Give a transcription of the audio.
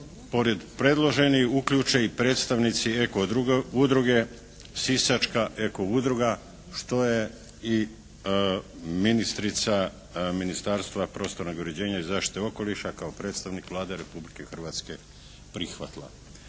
pored predloženih uključe i predstavnici eko udruge sisačka “Eko“ udruga što je i ministrica Ministarstva prostornog uređenja i zaštite okoliša kao predstavnik Vlade Republike Hrvatske prihvatila.